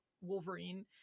Wolverine